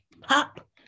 pop